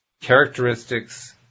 characteristics –